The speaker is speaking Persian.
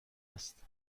است